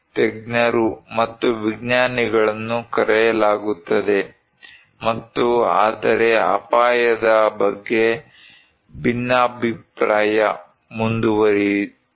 ತಜ್ಞರು ಮತ್ತು ವಿಜ್ಞಾನಿಗಳನ್ನು ಕರೆಯಲಾಗುತ್ತದೆ ಮತ್ತು ಆದರೆ ಅಪಾಯದ ಬಗ್ಗೆ ಭಿನ್ನಾಭಿಪ್ರಾಯ ಮುಂದುವರಿಯಿತು